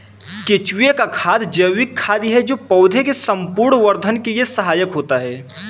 केंचुए का खाद जैविक खाद है जो पौधे के संपूर्ण वर्धन के लिए सहायक होता है